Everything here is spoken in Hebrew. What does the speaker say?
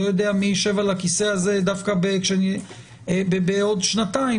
לא יודע מי יישב על הכיסא הזה בעוד שנתיים,